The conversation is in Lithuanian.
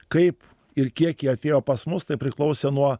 kaip ir kiek ji atėjo pas mus tai priklausė nuo